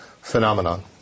phenomenon